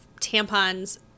tampons